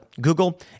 Google